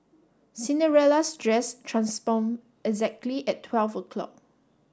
Cinderella's dress transform exactly at twelve o'clock